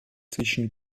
zwischen